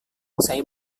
saya